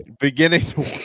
Beginning